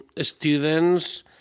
students